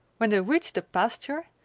when they reached the pasture,